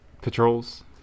patrols